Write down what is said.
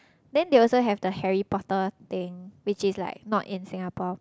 then they also have the Harry-Potter thing which is like not in Singapore